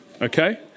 okay